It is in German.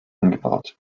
umgebaut